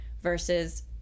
versus